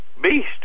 beast